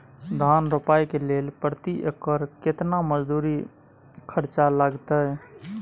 धान रोपय के लेल प्रति एकर केतना मजदूरी खर्चा लागतेय?